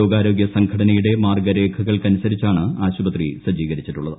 ലോകാരോഗ്യ സംഘടനയുടെ മാർഗ്ഗരേഖകൾക്കനുസരിച്ചാണ് ആശുപത്രി സജ്ജീകരിച്ചിട്ടുള്ളത്